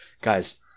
guys